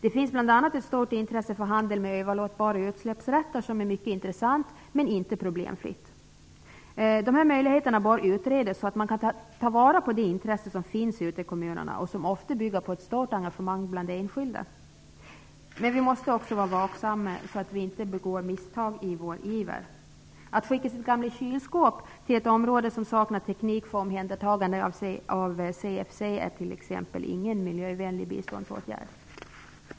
Det finns bl.a. ett stort intresse för handel med överlåtbara utsläppsrätter. Det är mycket intressant men inte problemfritt. Dessa möjligheter bör utredas så att man kan ta till vara det intresse som finns ute i kommunerna. Det bygger ofta på ett stort engagemang bland enskilda. Men vi måste också vara vaksamma så att vi inte begår misstag i vår iver. Att skicka sitt gamla kylskåp till ett område som saknar teknik för omhändertagande av CFC är t.ex. ingen miljövänlig biståndsåtgärd.